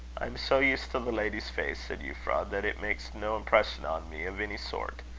i am so used to the lady's face, said euphra, that it makes no impression on me of any sort.